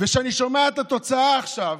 וכשאני שומע את התוצאה עכשיו,